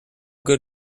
good